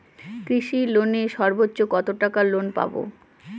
কৃষি লোনে সর্বোচ্চ কত টাকা লোন পাবো?